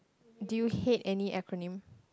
do you hate any acronym